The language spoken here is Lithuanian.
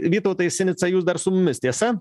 vytautai sinica jūs dar su mumis tiesa